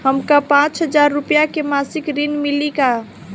हमका पांच हज़ार रूपया के मासिक ऋण मिली का?